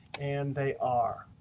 and they are.